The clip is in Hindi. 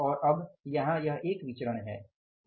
और अब यहाँ यह एक विचरण है